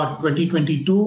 2022